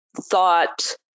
thought